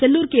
Sellur K